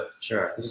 sure